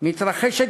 מתרחשת